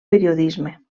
periodisme